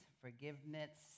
Forgiveness